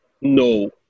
no